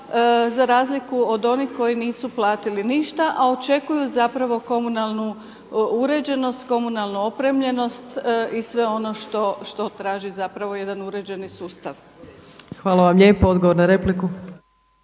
za razliku od onih koji nisu platili ništa, a očekuju zapravo komunalnu uređenost, komunalnu opremljenost i sve ono što traži zapravo jedan uređeni sustav. **Opačić, Milanka (SDP)** Hvala vam lijepo. Odgovor na repliku.